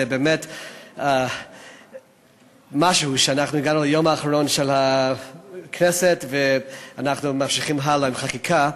זה באמת משהו שאנחנו הגענו ליום האחרון של הכנסת ואנחנו ממשיכים בחקיקה.